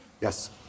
Yes